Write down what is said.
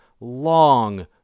long